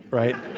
right?